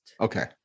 Okay